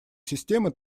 системы